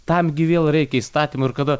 tam gi vėl reikia įstatymų ir kada